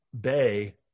Bay